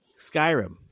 Skyrim